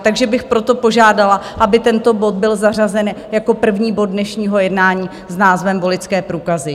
Takže bych proto požádala, aby tento bod byl zařazen jako první bod dnešního jednání s názvem Voličské průkazy.